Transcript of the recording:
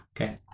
Okay